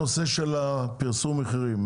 הנושא של פרסום המחירים,